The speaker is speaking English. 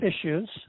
issues